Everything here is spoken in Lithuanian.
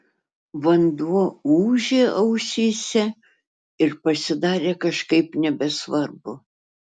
vanduo ūžė ausyse ir pasidarė kažkaip nebesvarbu